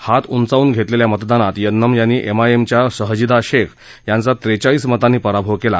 हात उंचावून घेतलेल्या मतदानात यन्नम यांनी एमआयएमच्या शहजीदा शेख यांचा ट्रेचाळीस मतांनी पराभव केला